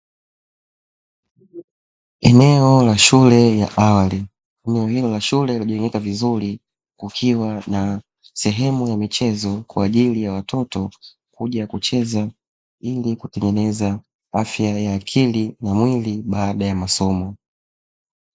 Eneo la shule ya awali, eneo hilo la shule limejengeka vizuri, kukiwa na sehemu ya michezo kwa ajili ya watoto kuja kucheza, ili kutengeneza afya ya akili na mwili baada ya masomo.